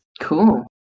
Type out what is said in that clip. Cool